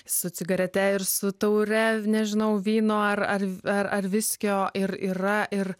su cigarete ir su taure nežinau vyno ar ar ar viskio ir yra ir